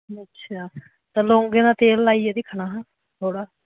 अच्छा तां लौंगें दा तेल लाइयै दिक्खना हा थोह्ड़ा